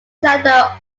slender